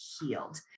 healed